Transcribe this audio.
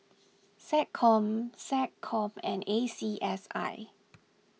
SecCom SecCom and A C S I